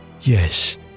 Yes